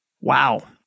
wow